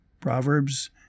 Proverbs